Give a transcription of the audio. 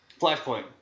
Flashpoint